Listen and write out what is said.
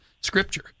Scripture